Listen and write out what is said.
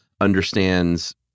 understands